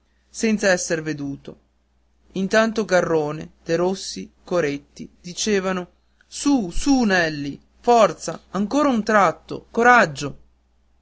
sotto senz'esser veduto intanto garrone derossi coretti dicevano su su nelli forza ancora un tratto coraggio